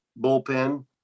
bullpen